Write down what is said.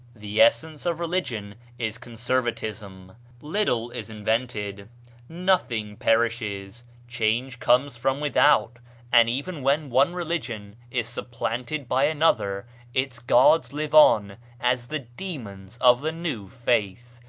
the essence of religion is conservatism little is invented nothing perishes change comes from without and even when one religion is supplanted by another its gods live on as the demons of the new faith,